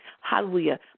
Hallelujah